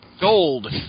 gold